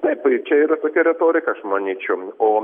taip čia yra tokia retorika aš manyčiau o